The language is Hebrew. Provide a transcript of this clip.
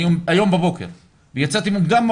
היום בבוקר יצאתי מוקדם,